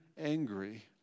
angry